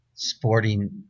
sporting